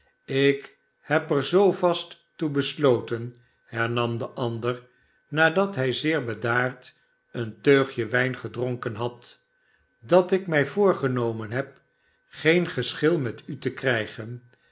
ik heb er zoo vast toe besloten hernam de ander nadat hij zeer bedaard een teugje wijn gedronken had dat ik mij voorgenomen heb geen geschil met u te krijgen